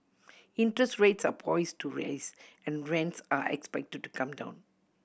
interest rates are poised to rise and rents are expected to come down